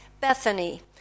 Bethany